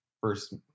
first